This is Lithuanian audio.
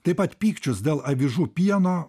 taip pat pykčius dėl avižų pieno